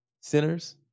sinners